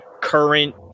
current